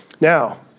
Now